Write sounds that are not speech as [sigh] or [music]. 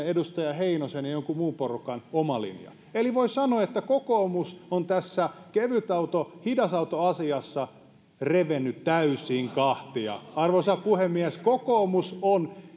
[unintelligible] edustaja heinosen ja jonkun muun porukan oma linja eli voi sanoa että kokoomus on tässä hidasautoasiassa revennyt täysin kahtia arvoisa puhemies kokoomus on